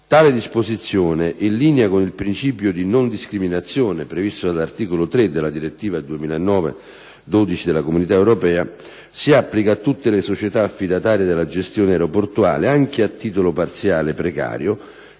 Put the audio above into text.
Tale disposizione, in linea con il principio di "non discriminazione" previsto all'articolo 3 della direttiva 2009/12/CE, si applica a tutte le società affidatarie della gestione aeroportuale, anche a titolo parziale precario,